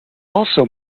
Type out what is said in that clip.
also